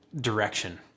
direction